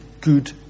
good